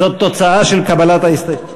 זאת תוצאה של קבלת ההסתייגות.